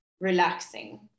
relaxing